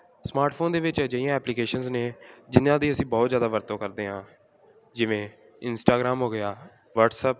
smartphone ਦੇ ਵਿੱਚ ਅਜਿਹੀਆਂ ਐਪਲੀਕੇਸ਼ਨਸ ਨੇ ਜਿਹਨਾਂ ਦੀ ਅਸੀਂ ਬਹੁਤ ਜ਼ਿਆਦਾ ਵਰਤੋਂ ਕਰਦੇ ਹਾਂ ਜਿਵੇਂ ਇੰਸਟਾਗ੍ਰਾਮ ਹੋ ਗਿਆ ਵਟਸਐਪ